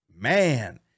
man